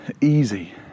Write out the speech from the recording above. easy